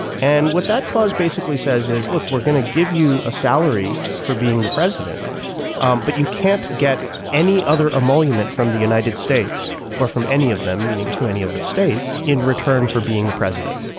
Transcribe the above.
and what that clause basically says is look we're going to give you a salary for being the president um but you can't get any other a monument from the united states or from any of them meaning from any of the states in return for being the president.